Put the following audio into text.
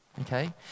Okay